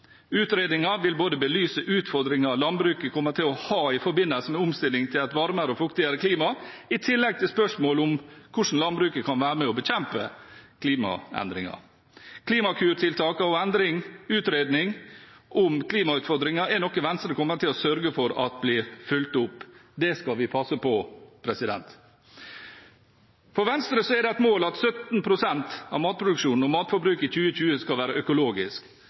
Utredningen vil belyse utfordringer landbruket kommer til å ha i forbindelse med omstillingen til et varmere og fuktigere klima, i tillegg til spørsmålet om hvordan landbruket kan være med på å bekjempe klimaendringene. Klimakur-tiltakene og utredning om klimautfordringer er noe Venstre kommer til å sørge for at blir fulgt opp. Det skal vi passe på. For Venstre er det et mål at 17 pst. av matproduksjonen og matforbruket i 2020 skal være økologisk.